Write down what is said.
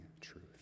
truth